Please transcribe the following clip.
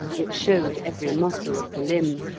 which showed every muscle of the limb,